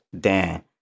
Dan